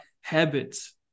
habits